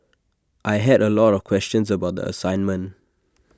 I had A lot of questions about the assignment